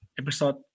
episode